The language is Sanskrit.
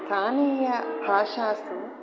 स्थानीयभाषासु